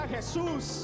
Jesus